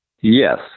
Yes